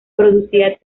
producía